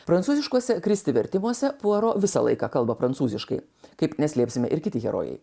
prancūziškuose kristi vertimuose puaro visą laiką kalba prancūziškai kaip neslėpsime ir kiti herojai